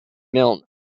milne